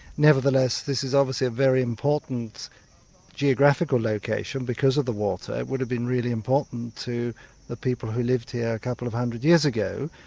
nevertheless, this is obviously a very important geographical location because of the water, it would have been really important to the people who lived here a couple of hundred years ago.